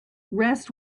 rest